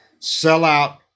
Sellout